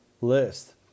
list